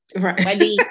right